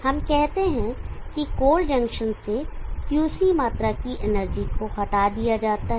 हम कहते हैं कि कोल्ड जंक्शन से Qc मात्रा की एनर्जी को हटा दिया जाता है